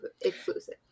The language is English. exclusive